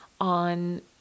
on